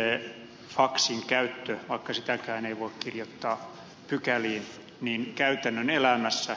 vaikka esimerkiksi faksin käyttöä ei voi kirjoittaa pykäliin niin käytännön elämässä